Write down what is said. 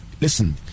listen